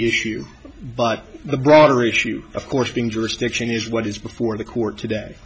issue but the broader issue of course being jurisdiction is what is before the court today